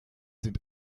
sind